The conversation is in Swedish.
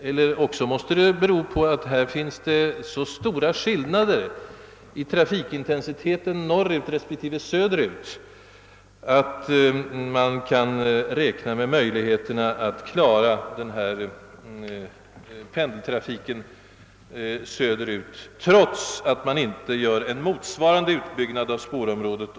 Eller också är anledningen till olikheterna i utbyggnaden att det föreligger så stora skillnader i trafikintensitet norrut respektive söderut, att man räknar med att kunna klara pendeltrafiken söderut utan en utbyggnad av spårområdet motsvarande den som gjorts norrut.